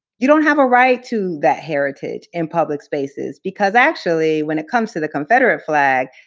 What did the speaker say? you don't have a right to that heritage in public spaces, because, actually, when it comes to the confederate flag,